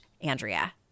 Andrea